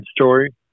story